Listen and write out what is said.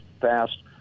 fast